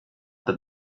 that